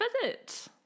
visit